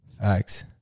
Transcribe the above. Facts